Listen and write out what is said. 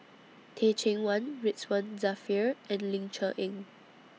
Teh Cheang Wan Ridzwan Dzafir and Ling Cher Eng